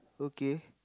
okay